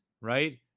right